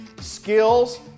skills